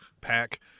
pack